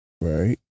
right